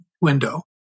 window